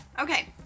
Okay